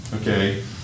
okay